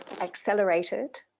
accelerated